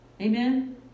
Amen